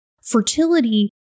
fertility